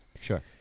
Sure